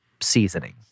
seasoning